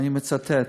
ואני מצטט: